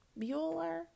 Bueller